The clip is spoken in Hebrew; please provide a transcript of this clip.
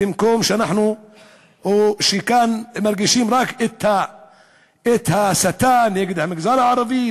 ובמקום שכאן מרגישים רק את ההסתה נגד המגזר הערבי,